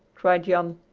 cried jan.